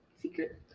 Secret